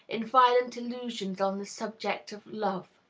in violent illusions on the subject of love.